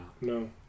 No